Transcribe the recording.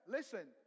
Listen